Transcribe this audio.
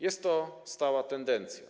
Jest to stała tendencja.